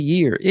Year